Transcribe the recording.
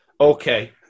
okay